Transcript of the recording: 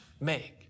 make